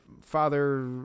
father